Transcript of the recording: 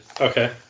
Okay